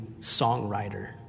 songwriter